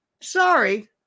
Sorry